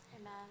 Amen